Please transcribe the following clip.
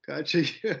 ką čia jie